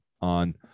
on